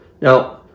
Now